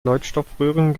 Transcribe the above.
leuchtstoffröhren